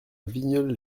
vigneulles